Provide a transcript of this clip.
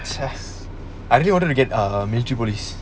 excess I don't want to get